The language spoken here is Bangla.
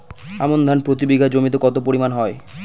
আমন ধান প্রতি বিঘা জমিতে কতো পরিমাণ হয়?